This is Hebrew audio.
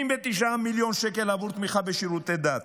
79 מיליון שקל בעבור תמיכה בשירותי דת